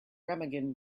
remagen